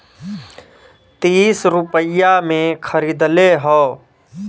तीस रुपइया मे खरीदले हौ